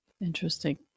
interesting